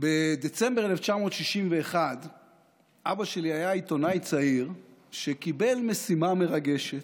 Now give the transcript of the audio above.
בדצמבר 1961 אבא שלי היה עיתונאי צעיר שקיבל משימה מרגשת: